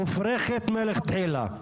מופרכת מלכתחילה.